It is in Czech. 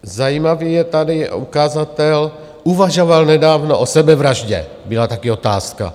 Zajímavý je tady ukazatel uvažoval nedávno o sebevraždě byla taky otázka.